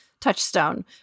touchstone